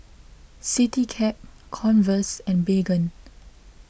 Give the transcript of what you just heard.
CityCab Converse and Baygon